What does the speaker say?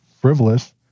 frivolous